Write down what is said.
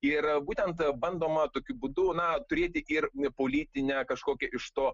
ir būtent bandoma tokiu būdu na turėti ir politinę kažkokią iš to